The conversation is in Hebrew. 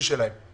מ-15 אחוזים.